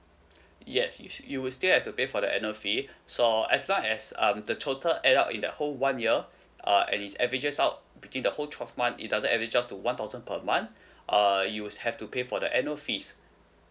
yes you sho~ you will still have to pay for the annual fee so as long as um the total add up in the whole one year uh and is averages out between the whole twelve month it doesn't averages out to one thousand per month uh you would have to pay for the annual fees